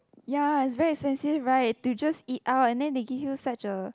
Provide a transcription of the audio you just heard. ya it's very expensive right to just eat out and then they give you such a